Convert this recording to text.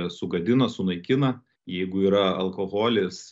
sugadina sunaikina jeigu yra alkoholis